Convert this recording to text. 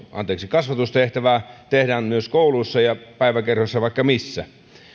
kasvatustehtävää tehdään myös kouluissa ja päiväkerhoissa ja vaikka missä